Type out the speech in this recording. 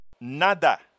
Nada